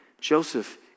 Joseph